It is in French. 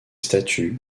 statues